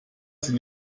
sind